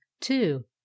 two